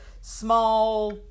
small